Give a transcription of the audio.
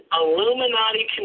Illuminati